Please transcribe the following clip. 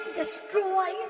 destroy